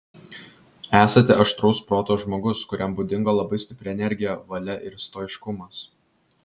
esate aštraus proto žmogus kuriam būdinga labai stipri energija valia ir stoiškumas